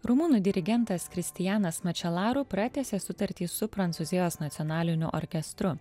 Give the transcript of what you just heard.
rumunų dirigentas kristianas mačelaru pratęsė sutartį su prancūzijos nacionaliniu orkestru